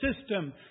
system